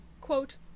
quote